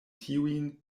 tiujn